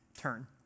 turn